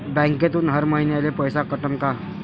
बँकेतून हर महिन्याले पैसा कटन का?